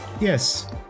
yes